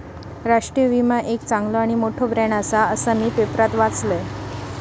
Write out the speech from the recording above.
राष्ट्रीय विमा एक चांगलो आणि मोठो ब्रँड आसा, असा मी पेपरात वाचलंय